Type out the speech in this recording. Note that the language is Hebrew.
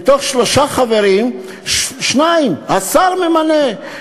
מתוך שלושה חברים, שניים השר ממַנה.